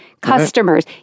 customers